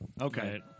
Okay